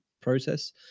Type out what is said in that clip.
process